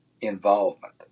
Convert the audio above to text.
involvement